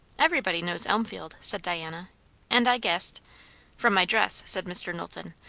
everybody knows elmfield, said diana and i guessed from my dress? said mr. knowlton,